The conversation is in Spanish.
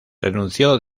renunció